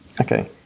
Okay